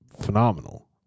phenomenal